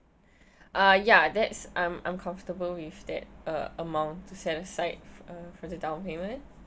ah ya that's I'm I'm comfortable with that uh amount to set aside for the down payment